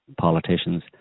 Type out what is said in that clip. politicians